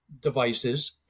devices